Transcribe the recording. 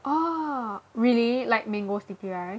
oh really like mango sticky rice